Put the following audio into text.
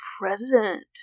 present